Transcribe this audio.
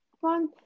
one